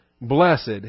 Blessed